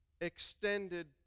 extended